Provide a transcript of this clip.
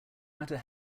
matter